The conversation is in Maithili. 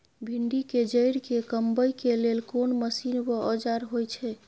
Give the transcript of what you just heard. भिंडी के जईर के कमबै के लेल कोन मसीन व औजार होय छै?